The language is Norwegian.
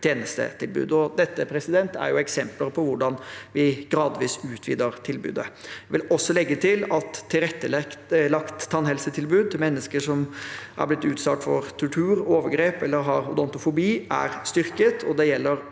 Dette er eksempler på hvordan vi gradvis utvider tilbudet. Jeg vil legge til at tilrettelagt tannhelsetilbud til mennesker som er blitt utsatt for tortur, overgrep eller har odontofobi, er styrket.